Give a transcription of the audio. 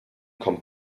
kommt